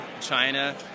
China